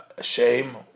shame